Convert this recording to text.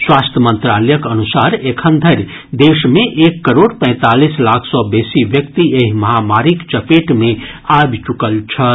स्वास्थ्य मंत्रालयक अनुसार एखन धरि देश मे एक करोड़ पैंतालीस लाख सँ बेसी व्यक्ति एहि महामारीक चपेट मे आबि चुकल छथि